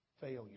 failure